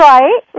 Right